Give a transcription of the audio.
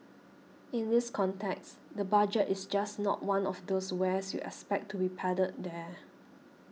in this context the budget is just not one of those wares you expect to be peddled there